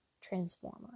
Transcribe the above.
transformer